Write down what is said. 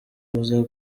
avuze